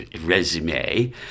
resume